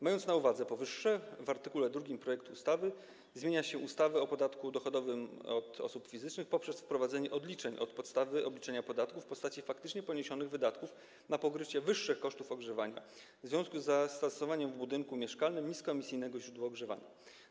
Mając na uwadze powyższe, w art. 2 projektu ustawy zmienia się ustawę o podatku dochodowym od osób fizycznych poprzez wprowadzenie odliczeń od podstawy obliczenia podatku w postaci faktycznie poniesionych wydatków na pokrycie wyższych kosztów ogrzewania w związku z zastosowaniem w budynku mieszkalnym niskoemisyjnego źródła ogrzewania.